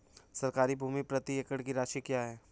सरकारी भूमि प्रति एकड़ की राशि क्या है?